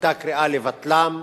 היתה קריאה לבטלם,